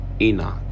Enoch